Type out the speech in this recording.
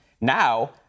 Now